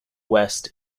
west